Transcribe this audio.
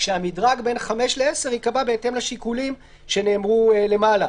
כשהמדרג בין 5,000 ל-10,000 ייקבע בהתאם לשיקולים שנאמרו למעלה: